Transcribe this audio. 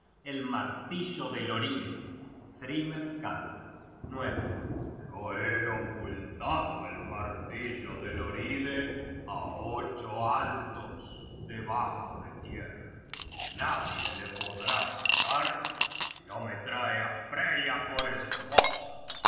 el martillo de hloride thrymer canta yo he ocultado el martillo de hloride á ocho altos debajo de tierra nadie le podrá sacar si no me trae á freya por esposa á